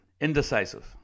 Indecisive